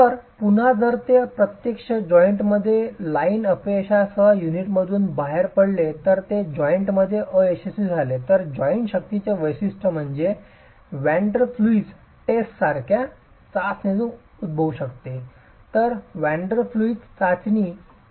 तर पुन्हा जर ते प्रत्यक्षात जॉइंटपणे लाइन अपयशासह युनिटमधून बाहेर पडले तर ते जॉइंट मध्ये अयशस्वी झाले तर जॉइंट शक्तीचे वैशिष्ट्य म्हणजे व्हॅन डर प्ल्यूइज टेस्ट सारख्या चाचणीतून उद्भवू शकते तर व्हॅन डर प्ल्यूइज चाचणी आहे